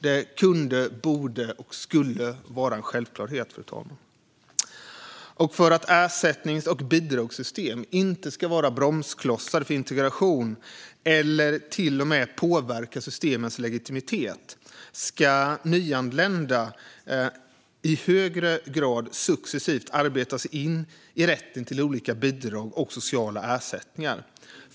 Det kunde, borde och skulle vara en självklarhet. För att ersättnings och bidragssystem inte ska vara bromsklossar för integration, eller till och med påverka systemens legitimitet, ska nyanlända i högre grad successivt arbeta sig in i rätten till olika bidrag och sociala ersättningar.